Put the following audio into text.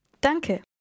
Danke